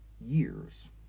years